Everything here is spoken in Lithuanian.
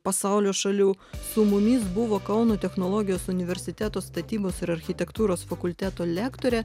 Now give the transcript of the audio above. pasaulio šalių su mumis buvo kauno technologijos universiteto statybos ir architektūros fakulteto lektorė